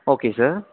okay sir